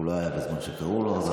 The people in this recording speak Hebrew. הוא לא היה בזמן שקראו לו,